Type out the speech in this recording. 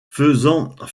faisant